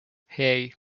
hey